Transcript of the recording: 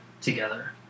together